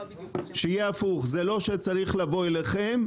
זה לא שצריך לבוא אליכם.